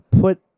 put